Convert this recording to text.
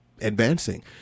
advancing